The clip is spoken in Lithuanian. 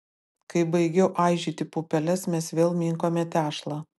kai baigiau aižyti pupeles mes vėl minkome tešlą